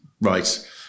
Right